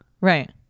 Right